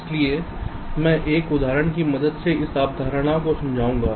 इसलिए मैं एक उदाहरण की मदद से इस अवधारणा को समझाऊंगा